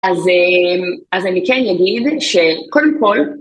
אז אני כן אגיד שקודם כול